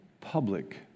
public